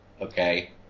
okay